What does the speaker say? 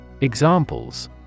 Examples